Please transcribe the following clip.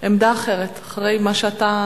עמדה אחרת אחרי מה שאתה